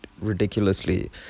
ridiculously